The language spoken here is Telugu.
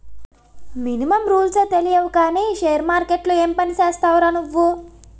మినిమమ్ రూల్సే తెలియవు కానీ షేర్ మార్కెట్లో ఏం పనిచేస్తావురా నువ్వు?